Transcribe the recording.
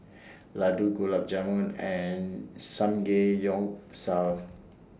Ladoo Gulab Jamun and Samgeyopsal